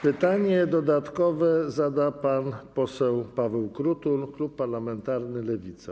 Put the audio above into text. Pytanie dodatkowe zada pan poseł Paweł Krutul, klub parlamentarny Lewica.